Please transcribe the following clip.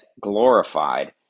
glorified